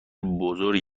بزرگ